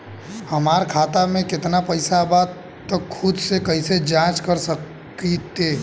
हमार खाता में केतना पइसा बा त खुद से कइसे जाँच कर सकी ले?